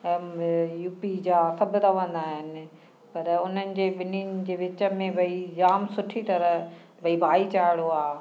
ऐं यूपी जा सभु रहंदा आहिनि पर हुननि जे ॿिन्हिनि जे विच में भई जाम सुठी तरह भई भाईचारो आहे